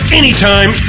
anytime